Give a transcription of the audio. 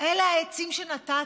אלה העצים שנטעת,